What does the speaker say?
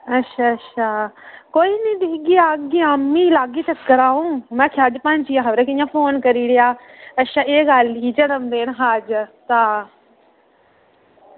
अच्छा अच्छा कोई निं दिक्खगी आमीं लाह्गी चक्कर अंऊ में आक्खेआ अज्ज पता निं भैन जी कियां फोन करी ओड़ेआ अच्छा एह् गल्ल ही जन्मदिन हा अज्ज तां